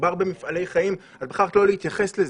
מדובר במפעלי חיים, את בחרת לא להתייחס לזה.